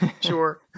sure